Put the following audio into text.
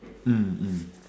mm mm